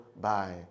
Bye